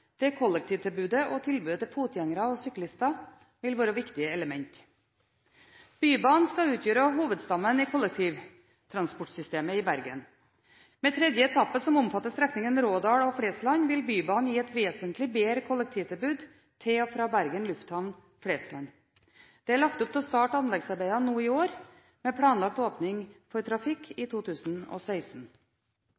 kollektivtilbudet og tilbudet til fotgjengere og syklister vil være viktige elementer. Bybanen skal utgjøre hovedstammen i kollektivtransportsystemet i Bergen. Med tredje etappe, som omfatter strekningen Rådal–Flesland, vil Bybanen gi et vesentlig bedre kollektivtilbud til og fra Bergen lufthavn, Flesland. Det er lagt opp til å starte anleggsarbeidene i år, med planlagt åpning for trafikk i